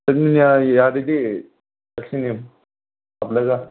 ꯆꯠꯅꯤꯡꯉꯦ ꯌꯥꯔꯗꯤ ꯆꯠꯁꯤꯅꯦ ꯍꯥꯞꯂꯒ